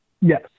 Yes